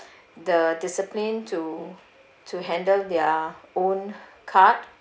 the discipline to to handle their own card